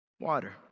Water